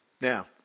Now